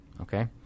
okay